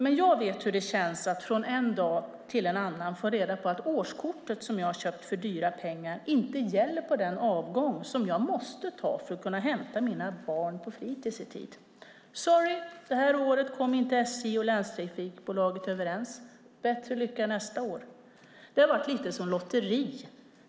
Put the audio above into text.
Men jag vet hur det känns att från en dag till en annan få reda på att årskortet som jag har köpt för dyra pengar inte gäller på den avgång som jag måste ta för att kunna hämta mina barn på fritids i tid. Sorry! Det här året kom inte SJ och länstrafikbolaget överens. Bättre lycka nästa år! Det har varit lite som ett lotteri.